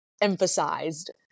emphasized